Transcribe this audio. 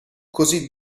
così